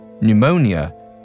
pneumonia